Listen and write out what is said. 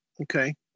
Okay